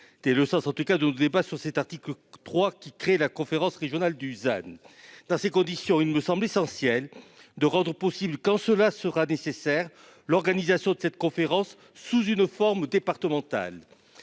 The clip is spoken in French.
dès le sens en tout cas ne sait pas sur cet article 3 qui crée la conférence régionale Dusan dans ces conditions, il me semble essentiel de rendre possible quand cela sera nécessaire. L'organisation de cette conférence, sous une forme ou départementales.